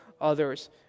others